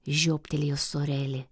žioptelėjo sorelė